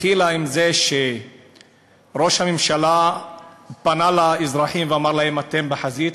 התחילה עם זה שראש הממשלה פנה לאזרחים ואמר להם: אתם בחזית.